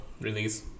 release